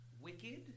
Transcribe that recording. Wicked